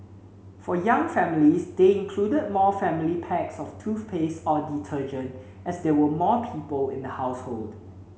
for young families they included more family packs of toothpaste or detergent as there were more people in the household